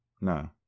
No